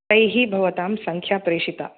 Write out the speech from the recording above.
तैः भवतां सङ्ख्या प्रेषिता